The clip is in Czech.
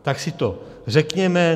Tak si to řekněme.